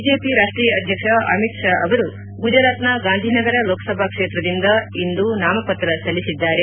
BJP ರಾಷ್ಟೀಯ ಅಧ್ಯಕ್ಷ ಅಮಿತ್ ಶಾ ಅವರು ಗುಜರಾತ್ನ ಗಾಂಧಿನಗರ ಲೋಕಸಭಾ ಕ್ಷೇತ್ರದಿಂದ ಇಂದು ನಾಮಪತ್ರ ಸಲ್ಲಿಸಿದ್ದಾರೆ